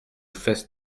fest